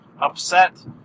upset